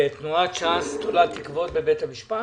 ותנועת ש"ס תולה תקוות בבית המשפט?